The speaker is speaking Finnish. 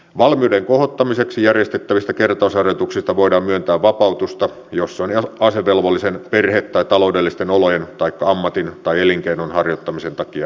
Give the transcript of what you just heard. valmiuden kohottamiseksi järjestettävistä kertausharjoituksista voidaan myöntää vapautusta jos se on asevelvollisen perhe tai taloudellisten olojen taikka ammatin tai elinkeinon harjoittamisen takia välttämätöntä